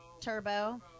Turbo